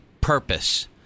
purpose